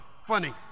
Funny